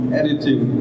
editing